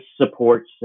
supports